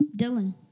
Dylan